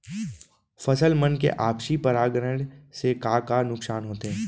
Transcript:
फसल मन के आपसी परागण से का का नुकसान होथे?